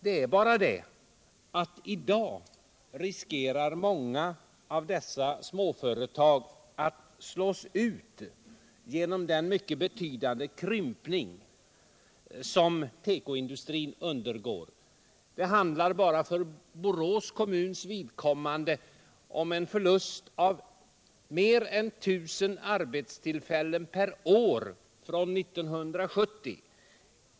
Det är bara det att många av dessa företag i dag riskerar att slås ut till följd av den mycket betydande krympning som äger rum inom tekoindustrin. Enbart för Borås kommuns vidkommande rör det sig om en förlust på mer än 1 000 arbetstillfällen per år, räknat från år 1970.